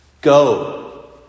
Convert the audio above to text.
go